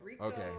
okay